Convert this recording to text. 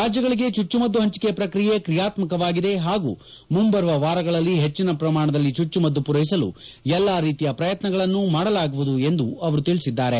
ರಾಜ್ಲಗಳಿಗೆ ಚುಚ್ಚುಮದ್ದು ಹಂಚಿಕೆ ಪ್ರಕ್ರಿಯೆ ಕ್ರಿಯಾತ್ಸಕವಾಗಿದೆ ಹಾಗೂ ಮುಂಬರುವ ವಾರಗಳಲ್ಲಿ ಹೆಚ್ಚಿನ ಪ್ರಮಾಣದಲ್ಲಿ ಚುರ್ಚುಮದ್ದು ಪೂರೈಸಲು ಎಲ್ಲಾ ರೀತಿಯ ಪ್ರಯತ್ನಗಳನ್ನು ಮಾಡಲಾಗುವುದು ಎಂದು ಅವರು ತಿಳಿಸಿದ್ದಾರೆ